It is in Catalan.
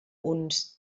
uns